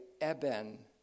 eben